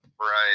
Right